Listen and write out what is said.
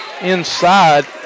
inside